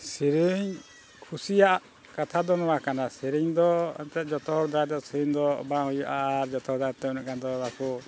ᱥᱮᱨᱮᱧ ᱠᱩᱥᱤᱭᱟᱜ ᱠᱟᱛᱷᱟ ᱫᱚ ᱱᱚᱣᱟ ᱠᱟᱱᱟ ᱥᱮᱨᱮᱧ ᱫᱚ ᱮᱱᱛᱮᱫ ᱡᱚᱛᱚ ᱦᱚᱲ ᱫᱟᱨᱟᱭᱟᱛᱮ ᱥᱮᱨᱮᱧ ᱫᱚ ᱵᱟᱝ ᱦᱩᱭᱩᱜᱼᱟ ᱟᱨ ᱡᱚᱛᱚᱦᱚᱲ ᱫᱟᱨᱟᱭᱛᱮ ᱩᱱᱟᱜ ᱜᱟᱱᱫᱚ ᱵᱟᱠᱚ